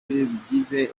bigize